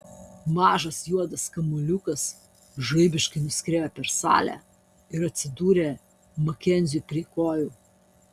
mažas juodas kamuoliukas žaibiškai nuskriejo per salę ir atsidūrė makenziui prie kojų